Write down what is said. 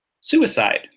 suicide